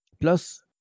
Plus